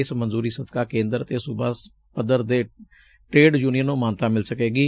ਇਸ ਮਨਜੁਰੀ ਸਦਕਾ ਕੇਂਦਰ ਅਤੇ ਸੁਬਾ ਪੱਧਰ ਤੇ ਟਰੇਡ ਯੁਨੀਅਨ ਨੂੰ ਮਾਨਤਾ ਮਿਲ ਸਕੇਗੀ